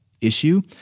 issue